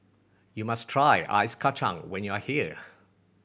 you must try ice kacang when you are here